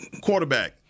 quarterback